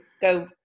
go